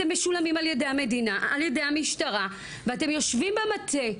אתם משולמים על ידי המשטרה ואתם יושבים במטה,